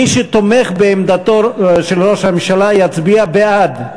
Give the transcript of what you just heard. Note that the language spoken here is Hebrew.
מי שתומך בעמדתו של ראש הממשלה יצביע בעד.